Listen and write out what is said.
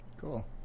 cool